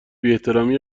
بیاحترامی